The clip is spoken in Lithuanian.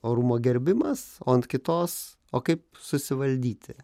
orumo gerbimas o ant kitos o kaip susivaldyti